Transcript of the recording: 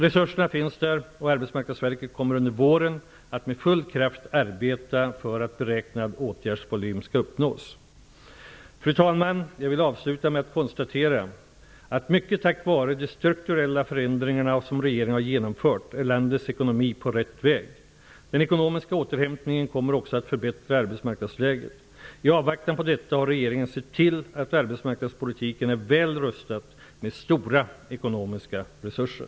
Resurserna finns där, och Arbetsmarknadsverket kommer under våren att med full kraft arbeta för att beräknad åtgärdsvolym skall uppnås. Fru talman! Jag vill avsluta med att konstatera, att mycket tack vare de strukturella förändringarna som regeringen har genomfört är landets ekonomi på rätt väg. Den ekonomiska återhämtningen kommer också att förbättra arbetsmarknadsläget. I avvaktan på detta har regeringen sett till att arbetsmarknadspolitiken är väl rustad med stora ekonomiska resurser.